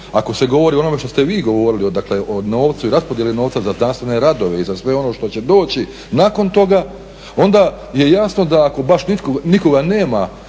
ako se govori o onome što ste vi govorili o novcu i raspodjeli novca za znanstvene radove i za sve ono što će doći nakon toga onda je jasno da ako baš nikoga nema